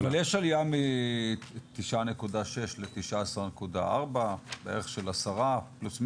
אבל יש עלייה מ-9.6 ל- 19.4 בערך של עשרה פלוס מינוס,